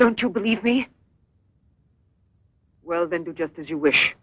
don't you believe me well then do just as you wish